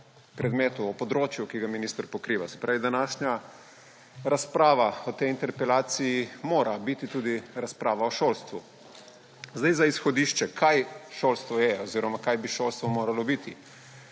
predmetu, o področju, ki ga minister pokriva. Se pravi, današnja razprava o tej interpelaciji mora biti tudi razprava o šolstvu. Za izhodišče, kaj šolstvo je oziroma kaj bi šolstvo moralo biti.